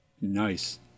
Nice